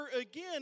again